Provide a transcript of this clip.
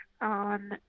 on